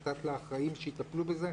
האם נתת לאחראים לטפל בזה?